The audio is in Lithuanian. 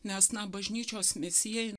nes na bažnyčios misijai